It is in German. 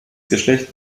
geschlecht